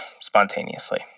spontaneously